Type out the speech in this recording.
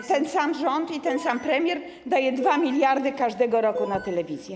Ale ten sam rząd i ten sam premier dają 2 mld każdego roku na telewizję.